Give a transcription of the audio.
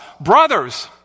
brothers